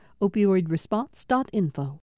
Opioidresponse.info